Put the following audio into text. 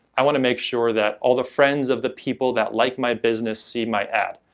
i want to make sure that all the friends of the people that like my business see my ad.